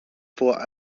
for